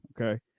Okay